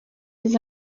des